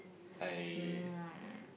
mm